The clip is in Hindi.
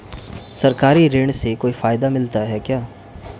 सरकारी ऋण से कोई फायदा मिलता है क्या?